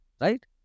right